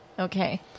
Okay